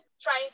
trying